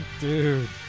Dude